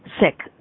sick